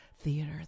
theater